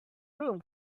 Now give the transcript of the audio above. room